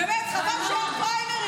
באמת חבל שאין פריימריז.